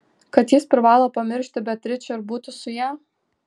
kad jis privalo pamiršti beatričę ir būti su ja